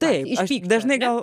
taip aš dažnai gal